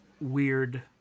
weird